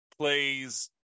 plays